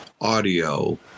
audio